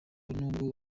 nubwo